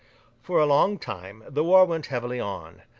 for a long time, the war went heavily on.